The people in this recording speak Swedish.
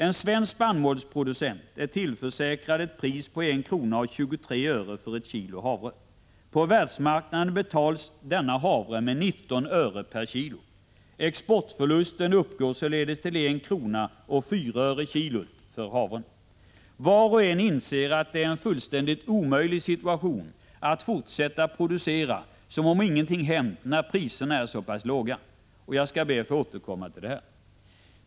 En svensk spannmålsproducent är tillförsäkrad ett pris på 1:23 kr. för ett kilo havre. På världsmarknaden betalar man 19 öre per kilo havre. Exportförlusten uppgår således till 1:04 kr. per kilo havre. Var och en inser att det är fullständigt omöjligt att fortsätta att producera som om ingenting hänt, när priserna är så pass låga. Jag skall be att få återkomma till detta.